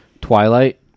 Twilight